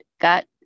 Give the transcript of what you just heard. got